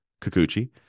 Kikuchi